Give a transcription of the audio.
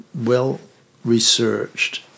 well-researched